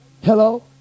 Hello